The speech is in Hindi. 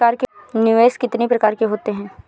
निवेश कितनी प्रकार के होते हैं?